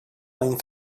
aynı